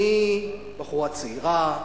אני בחורה צעירה,